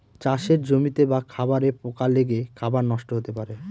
চাষের জমিতে বা খাবারে পোকা লেগে খাবার নষ্ট হতে পারে